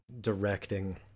directing